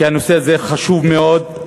כי הנושא הזה חשוב מאוד,